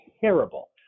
terrible